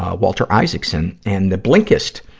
ah walter isaacson. and the blinkist,